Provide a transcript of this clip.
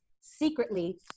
secretly